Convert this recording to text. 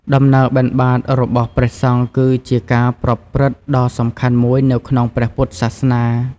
ដំណើរបិណ្ឌបាតរបស់ព្រះសង្ឃគឺជាការប្រព្រឹត្តដ៏សំខាន់មួយនៅក្នុងព្រះពុទ្ធសាសនា។